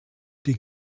die